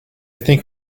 think